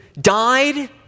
died